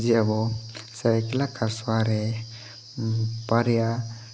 ᱡᱮ ᱟᱵᱚ ᱥᱚᱨᱟᱭᱠᱮᱞᱞᱟ ᱠᱷᱟᱨ ᱥᱚᱶᱟ ᱨᱮ ᱵᱟᱨᱭᱟ